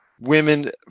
women